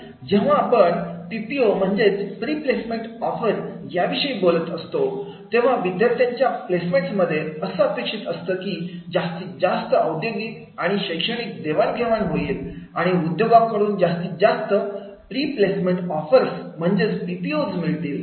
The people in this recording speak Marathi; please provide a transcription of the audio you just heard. जेव्हा आपण पी पी ओ म्हणजेच प्री प्लेसमेंट ऑफर याविषयी बोलत असतो तेव्हा विद्यार्थ्यांच्या प्लेसमेंट मध्ये असं अपेक्षित असतं की जास्तीत जास्त औद्योगिक आणि शैक्षणिक देवाणघेवाण होईल आणि उद्योगांकडून जास्तीत जास्त प्री प्लेसमेंट ऑफर्स म्हणजेच पीपीओज मिळतील